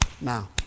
now